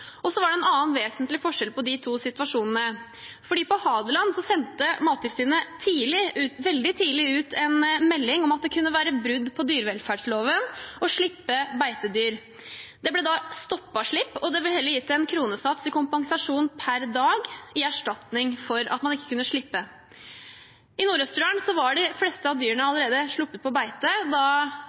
Så var det en annen vesentlig forskjell på de to situasjonene: På Hadeland sendte Mattilsynet veldig tidlig ut en melding om at det kunne være brudd på dyrevelferdsloven å slippe beitedyr. Det ble da stoppet slipp. Det ble heller gitt en kronesats i kompensasjon per dag som erstatning for at man ikke kunne slippe. I Nord-Østerdal var de fleste dyrene allerede sluppet på beite da